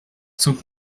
sans